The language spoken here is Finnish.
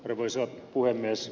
arvoisa puhemies